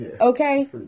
Okay